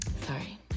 sorry